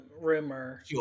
rumor